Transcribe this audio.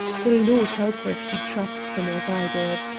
the lord help her if she trusts him as i did!